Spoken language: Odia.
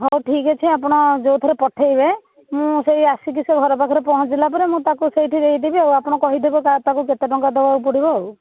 ହେଉ ଠିକ୍ଅଛି ଆପଣ ଯେଉଁଥିରେ ପଠେଇବେ ମୁଁ ସେହି ଆସିକି ସେ ଘର ପାଖରେ ପହଞ୍ଚିଲା ପରେ ମୁଁ ତାକୁ ସେଇଠି ଦେଇ ଦେବି ଆଉ ଆପଣ କହିଦେବେ କାହାକୁ ପାଖକୁ କେତେ ଟଙ୍କା ଦେବାକୁ ପଡ଼ିବ ଆଉ